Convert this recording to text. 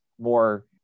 more